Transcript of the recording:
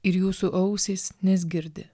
ir jūsų ausys nes girdi